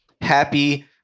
Happy